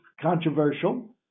controversial